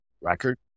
record